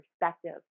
perspective